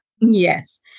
Yes